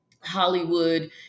Hollywood